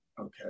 okay